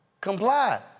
comply